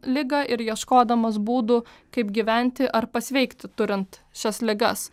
ligą ir ieškodamas būdų kaip gyventi ar pasveikti turint šias ligas